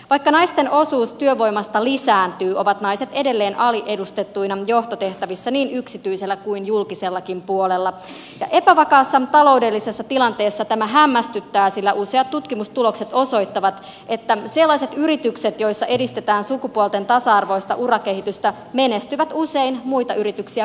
vaikka naisten osuus työvoimasta lisääntyy ovat naiset edelleen aliedustettuina johtotehtävissä niin yksityisellä kuin julkisellakin puolella ja epävakaassa taloudellisessa tilanteessa tämä hämmästyttää sillä useat tutkimustulokset osoittavat että sellaiset yritykset joissa edistetään sukupuolten tasa arvoista urakehitystä menestyvät usein muita yrityksiä paremmin